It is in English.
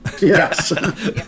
yes